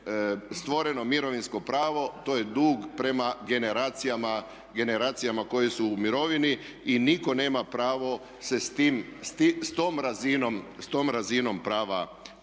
stvoreno mirovinsko pravo, to je dug prema generacijama koje su u mirovini i nitko nema pravo se sa tom razinom prava igrati.